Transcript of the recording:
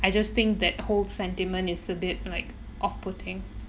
I just think that whole sentiment is a bit like off putting